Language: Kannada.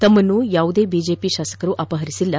ತಮ್ಮನ್ನು ಯಾವುದೇ ಬಿಜೆಪಿ ಶಾಸಕರು ಅಪಹರಿಸಿಲ್ಲ